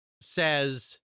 says